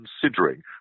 considering